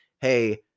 Hey